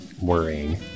worrying